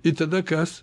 ir tada kas